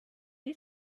you